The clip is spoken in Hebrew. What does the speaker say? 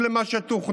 בניגוד למה שתוכנן,